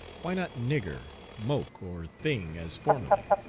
why not nigger, moke, or thing as formerly?